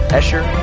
Escher